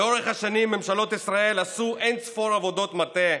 לאורך השנים ממשלות ישראל עשו אין-ספור עבודות מטה,